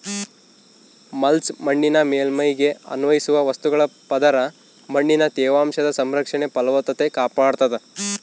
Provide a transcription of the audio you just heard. mulch ಮಣ್ಣಿನ ಮೇಲ್ಮೈಗೆ ಅನ್ವಯಿಸುವ ವಸ್ತುಗಳ ಪದರ ಮಣ್ಣಿನ ತೇವಾಂಶದ ಸಂರಕ್ಷಣೆ ಫಲವತ್ತತೆ ಕಾಪಾಡ್ತಾದ